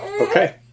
Okay